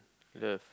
love